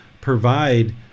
provide